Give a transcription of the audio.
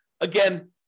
Again